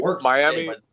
Miami